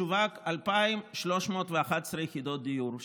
שווקו 2,311 יחידות דיור,